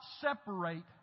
separate